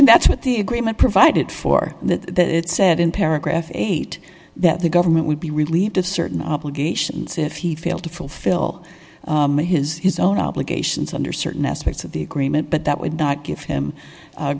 and that's what the agreement provided for that that said in paragraph eight that the government would be relieved of certain obligations if he failed to fulfill his his own obligations under certain aspects of the agreement but that would not give him